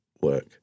work